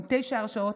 עם תשע הרשעות,